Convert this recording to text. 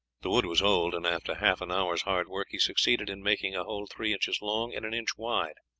the wood was old, and after half an hour's hard work he succeeded in making a hole three inches long and an inch wide.